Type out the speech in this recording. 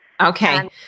Okay